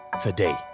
today